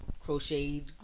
crocheted